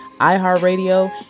iHeartRadio